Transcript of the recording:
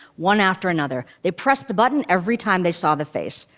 one after another. they pressed the button every time they saw the face.